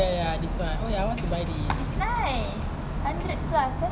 oh ya ya this [one] oh I want to buy this